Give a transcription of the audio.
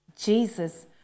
Jesus